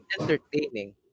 entertaining